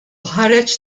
ħareġ